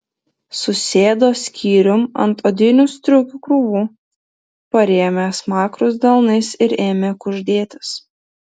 susėdo skyrium ant odinių striukių krūvų parėmė smakrus delnais ir ėmė kuždėtis